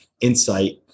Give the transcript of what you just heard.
insight